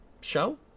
show